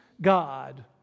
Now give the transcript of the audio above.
God